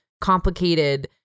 complicated